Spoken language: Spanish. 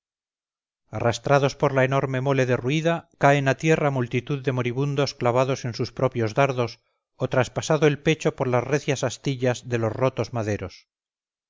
arrastrados por la enorme mole derruida caen a tierra multitud de moribundos clavados en sus propios dardos o traspasado el pecho por las recias astillas de los rotos maderos